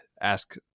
ask